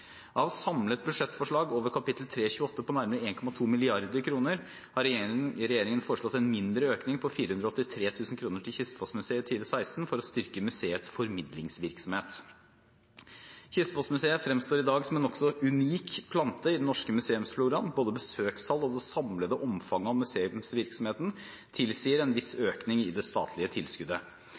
Av samlet budsjettforslag over kap. 328 på nærmere 1,2 mrd. kr har regjeringen foreslått en mindre økning på 483 000 kr til Kistefos-Museet i 2016 for å styrke museets formidlingsvirksomhet. Kistefos-Museet fremstår i dag som en nokså unik plante i den norske museumsfloraen. Både besøkstallet og det samlede omfanget av museumsvirksomheten tilsier en viss økning i det statlige tilskuddet.